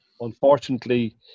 Unfortunately